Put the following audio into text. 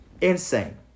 insane